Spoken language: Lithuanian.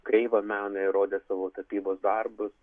kreivą meną ir rodė savo tapybos darbus